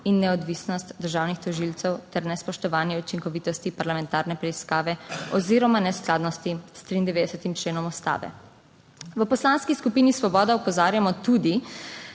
in neodvisnosti državnih tožilcev ter nespoštovanje učinkovitosti parlamentarne preiskave oziroma neskladnosti s 93. členom Ustave. V Poslanski skupini Svoboda opozarjamo tudi